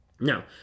Now